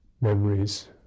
memories